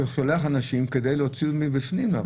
שולח אנשים כדי להוציא גם מבפנים.